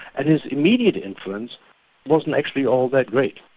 and his immediate entrance wasn't actually all that great.